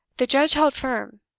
the judge held firm.